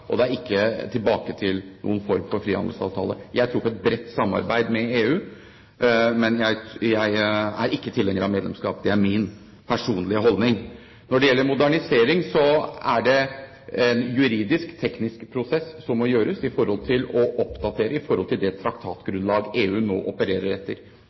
bredt samarbeid med EU, men jeg er ikke tilhenger av medlemskap. Det er min personlige holdning. Når det gjelder modernisering, er det en juridisk og teknisk prosess som må gjøres for å oppdatere det traktatgrunnlag EU nå opererer etter. Det vil gi oss en juridisk likevekt i møte med EU. Men det